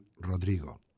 Rodrigo